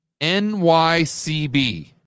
NYCB